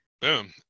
Boom